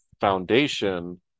foundation